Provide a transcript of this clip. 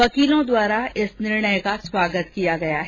वकीलों द्वारा इस निर्णय का स्वागत किया गया है